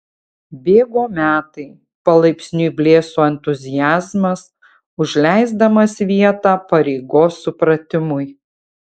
bėgo metai palaipsniui blėso entuziazmas užleisdamas vietą pareigos supratimui